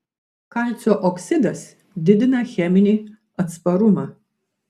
kalcio oksidas didina cheminį atsparumą